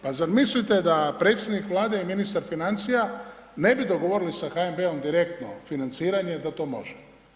Pa zar mislite da predsjednik Vlade i ministar financija ne bi dogovorili sa HNB-om direktno financiranje, da to može.